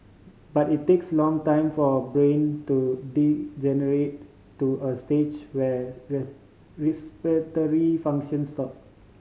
but it takes long time for a brain to degenerate to a stage where respiratory functions stop